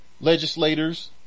legislators